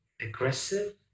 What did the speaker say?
aggressive